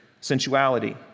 sensuality